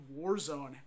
Warzone